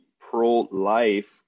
pro-life